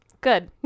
good